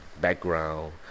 background